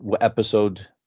episode